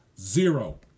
Zero